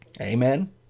Amen